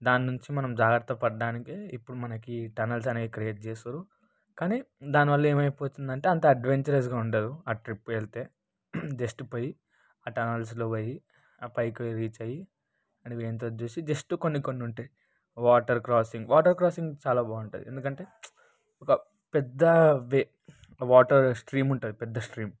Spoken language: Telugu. దాని నుంచి మనం జాగ్రత్త పడడానికి ఇప్పుడు మనకి టనెల్స్ అనేవి క్రియేట్ చేస్తారు కానీ దాని వల్ల ఏమైపోతుందంటే అంత అడ్వెంచరస్గా ఉండదు ఆ ట్రిప్ వెళితే జెస్ట్ పొయ్యి ఆ టనెల్స్లోకి పొయ్యి ఆ పైకి రీచ్ అయ్యి అక్కడకిపోయి అంతా చూసి జస్ట్ కొన్ని కొన్ని ఉంటాయి వాటర్ క్రాసింగ్ వాటర్ క్రాసింగ్ చాలా బాగుంటుంది ఎందుకంటే ఒక పెద్ద వే వాటర్ స్ట్రీమ్ ఉంటుంది పెద్ద స్ట్రీమ్